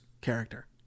character